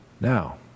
now